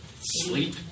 Sleep